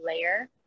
layer